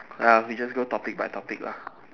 ah we just go topic by topic lah